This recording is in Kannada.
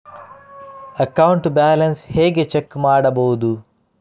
ಅಕೌಂಟ್ ಬ್ಯಾಲೆನ್ಸ್ ಹೇಗೆ ಚೆಕ್ ಮಾಡುವುದು?